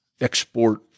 export